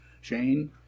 Shane